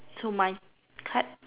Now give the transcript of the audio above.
to my height